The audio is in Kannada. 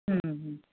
ಹ್ಞೂ ಹ್ಞೂ